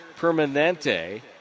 Permanente